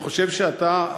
אני חושב שאתה,